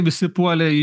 visi puolė į